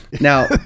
Now